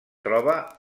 troba